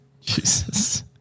Jesus